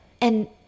And-